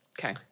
Okay